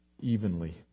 evenly